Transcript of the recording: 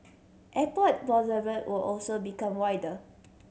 Airport Boulevard will also become wider